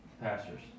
pastors